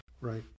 Right